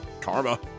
Karma